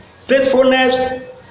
faithfulness